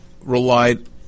relied